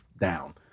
down